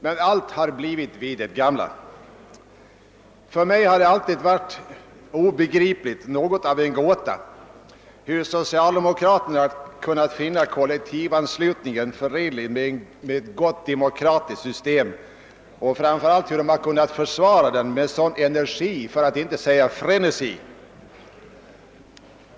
Men allt har blivit vid det gamla. För mig har det alltid varit obegripligt, något av en gåta, hur socialdemokraterna har kunnat finna kollektivanslutningen förenlig med ett demokratiskt system och framför allt hur de kunnat försvara den med sådan energi, för att inte säga frenesi.